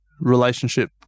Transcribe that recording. relationship